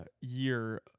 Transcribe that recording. year